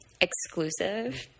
exclusive